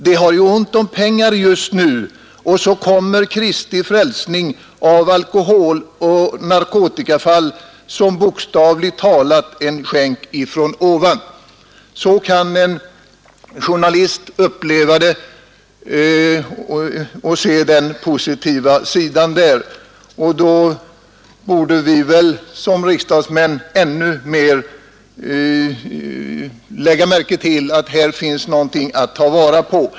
De har ju ont om pengar just nu och så kommer Kristi frälsning av alkoholoch narkotikafall som bokstavligt talat en skänk från ovan.” Så positivt kan en journalist uppleva detta. Vi borde som riksdagsmän i ännu högre grad vara medvetna om att det här finns något att ta vara på.